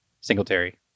Singletary